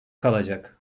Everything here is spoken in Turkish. kalacak